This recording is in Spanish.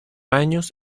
años